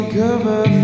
cover